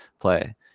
play